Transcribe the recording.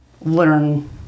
learn